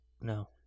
No